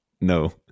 No